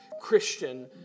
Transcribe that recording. Christian